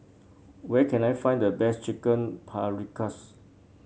where can I find the best Chicken Paprikas